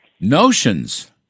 notions